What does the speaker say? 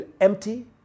empty